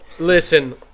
Listen